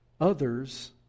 Others